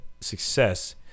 Success